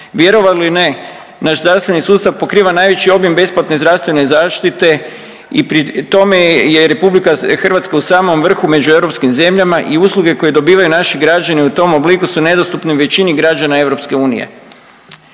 Vjerovali ili ne naš zdravstveni sustav pokriva najveći obim besplatne zdravstvene zaštite i pri tome je RH u samom vrhu među europskim zemljama i usluge koje dobivaju naši građani u tom obliku su nedostupni većini građana EU.